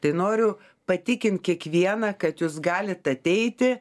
tai noriu patikint kiekvieną kad jūs galit ateiti